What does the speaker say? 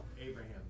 Abraham